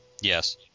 Yes